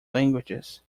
languages